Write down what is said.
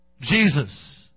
Jesus